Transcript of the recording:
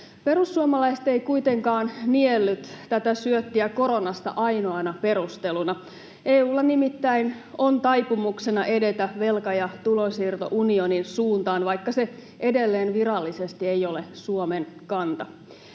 Perussuomalaiset eivät kuitenkaan nielleet tätä syöttiä koronasta ainoana perusteluna. EU:lla nimittäin on taipumuksena edetä velka- ja tulonsiirtounionin suuntaan, vaikka se edelleen virallisesti ei ole Suomen kanta.